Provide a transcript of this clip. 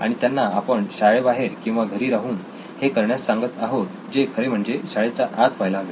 आणि त्यांना आपण शाळेबाहेर किंवा घरी राहून हे करण्यास सांगत आहोत जे खरे म्हणजे शाळेच्या आत व्हायला हवे